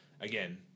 again